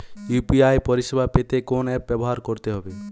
UPI পরিসেবা পেতে কোন অ্যাপ ব্যবহার করতে হবে?